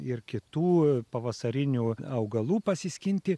ir kitų pavasarinių augalų pasiskinti